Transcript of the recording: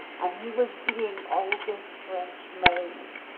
and he was being olga's french maid.